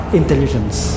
intelligence